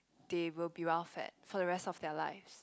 they will be well fed for the rest of their lives